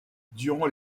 durant